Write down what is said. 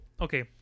okay